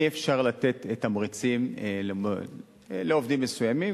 אי-אפשר לתת תמריצים לעובדים מסוימים,